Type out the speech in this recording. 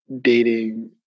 dating